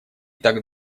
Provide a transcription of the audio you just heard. так